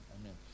amen